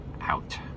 out